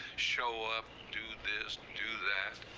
show up, do this, do that.